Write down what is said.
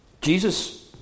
Jesus